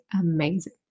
amazing